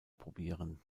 probieren